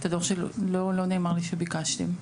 לא נאמר לי שביקשתם.